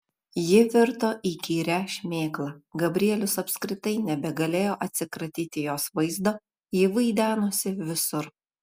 ji virto įkyria šmėkla gabrielius apskritai nebegalėjo atsikratyti jos vaizdo ji vaidenosi visur